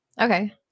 Okay